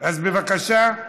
אז בבקשה.